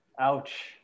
ouch